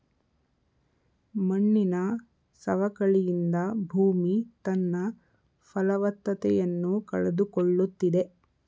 ಮಣ್ಣಿನ ಸವಕಳಿಯಿಂದ ಭೂಮಿ ತನ್ನ ಫಲವತ್ತತೆಯನ್ನು ಕಳೆದುಕೊಳ್ಳುತ್ತಿದೆ